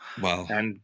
Wow